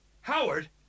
Howard